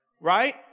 right